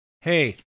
Hey